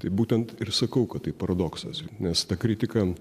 tai būtent ir sakau kad tai paradoksas nes ta kritika